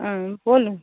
হুম বলুন